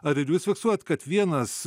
ar ir jūs fiksuojat kad vienas